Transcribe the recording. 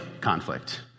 conflict